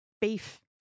beef